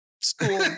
school